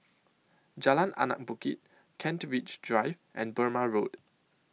Jalan Anak Bukit Kent Ridge Drive and Burmah Road